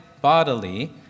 bodily